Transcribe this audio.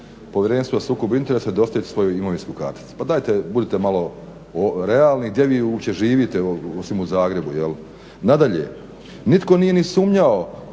Povjerenstvu za sukob interesa dostaviti svoju imovinsku karticu. Pa dajte budite malo realni. Gdje vi uopće živite osim u Zagrebu, jel'? Nadalje, nitko nije ni sumnjao